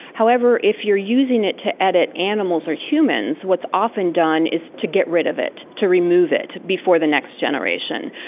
however, if you are using it to edit animals or humans, what's often done is to get rid of it, to remove it before the next generation.